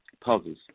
puzzles